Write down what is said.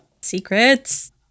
Secrets